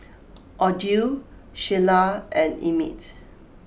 Odile Sheila and Emit